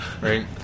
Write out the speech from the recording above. right